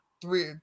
three